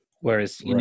whereas